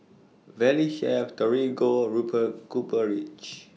Valley Chef Torigo Rupert Copper Ridge